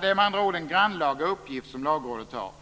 Det är med andra ord en grannlaga uppgift som lagrådet har.